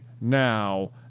now